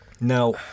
Now